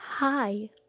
Hi